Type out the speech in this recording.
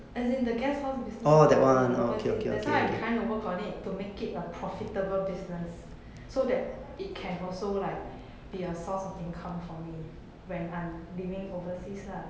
as in the guest house business that I been over~ that's why I am trying to work on it to make it a profitable business so that it can also like be a source of income for me when I'm living overseas lah